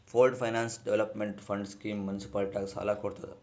pooled finance development fund scheme ಮುನ್ಸಿಪಾಲಿಟಿಗ ಸಾಲ ಕೊಡ್ತುದ್